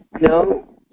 no